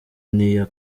n’iya